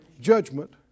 Judgment